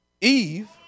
Eve